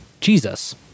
Jesus